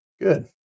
Good